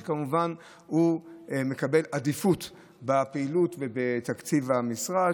והוא כמובן מקבל עדיפות בפעילות ובתקציב המשרד,